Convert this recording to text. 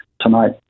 tonight